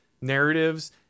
narratives